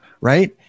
right